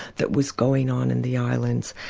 that was going on in the islands,